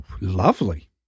lovely